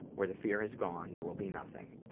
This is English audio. where the fear has gone there will be nothing.